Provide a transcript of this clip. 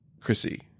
Chrissy